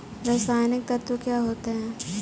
रसायनिक तत्व क्या होते हैं?